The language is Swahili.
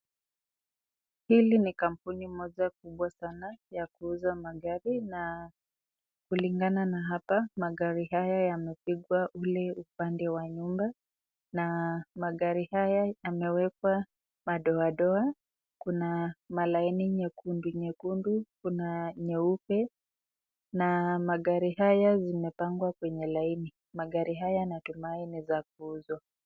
Hili ni kampuni moja kubwa sana ya kuuza magari na kulingana na hapa, magari haya yamepigwa ulee upande wa nyuma na magari haya yamewekwa madoadoa kuna malaini nyekundu nyekundu kuna nyeupe na magari haya zimepangwa kwenye laini. Magari haya natumai ni za kuuzwa.